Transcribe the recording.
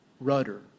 rudder